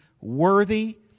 worthy